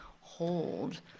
hold